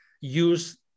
use